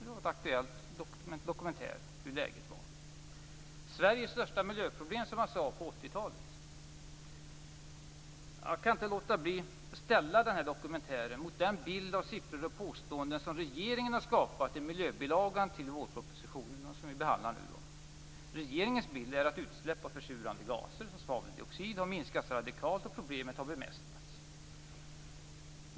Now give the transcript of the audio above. Det var en aktuell dokumentär om hur läget är. Sveriges största miljöproblem, sade man på 80-talet. Jag kan inte låta bli att ställa dokumentären mot den bild med siffror och påståenden som regeringen har skapat i miljöbilagan till vårpropositionen som vi behandlar nu. Regeringens bild är att utsläpp av försurande gaser som svaveldioxid har minskat radikalt och att problemet har bemästrats.